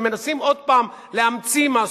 ומנסים עוד פעם להמציא משהו,